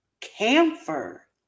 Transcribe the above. camphor